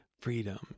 freedom